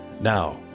Now